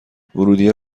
ورودیه